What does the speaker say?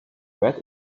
red